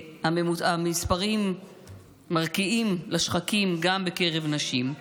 המספרים מרקיעים שחקים גם בקרב נשים.